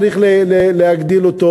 צריך להגדיל אותו,